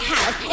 House